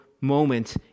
moment